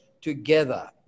together